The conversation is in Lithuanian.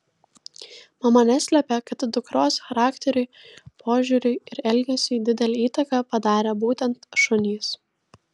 mama neslepia kad dukros charakteriui požiūriui ir elgesiui didelę įtaką padarė būtent šunys